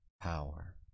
power